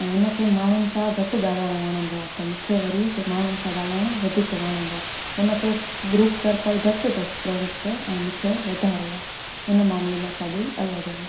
ऐं उन खे माण्हुनि सां घटि ॻाल्हाइणु वणंदो आहे त मूंखे वरी माण्हुनि सां ॻाल्हाइणु वधीक वणंदो आहे उन खे ग्रुप सर्कल घटि अथसि फैंड्स जो ऐं मूंखे वधारे आहे हिन मामले में असां ॿई अलॻि आहियूं